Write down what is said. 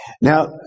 Now